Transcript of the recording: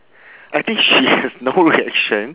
I think she has no reaction